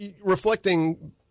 reflecting